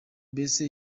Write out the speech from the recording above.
mbese